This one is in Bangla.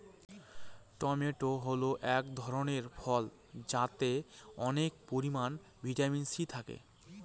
টমেটো হল এক ধরনের ফল যাতে অনেক পরিমান ভিটামিন সি থাকে